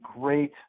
great